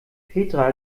petra